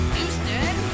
Houston